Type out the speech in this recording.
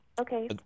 Okay